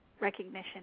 recognition